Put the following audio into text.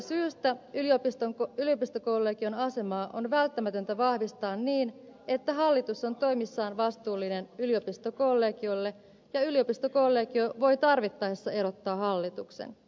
myös tästä syystä yliopistokollegion asemaa on välttämätöntä vahvistaa niin että hallitus on toimissaan vastuullinen yliopistokollegiolle ja yliopistokollegio voi tarvittaessa erottaa hallituksen